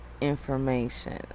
information